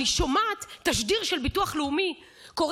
ואני שומעת תשדיר של ביטוח לאומי שקורא